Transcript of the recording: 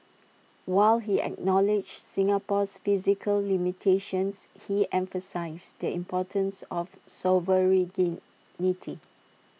while he acknowledged Singapore's physical limitations he emphasised the importance of sovereignty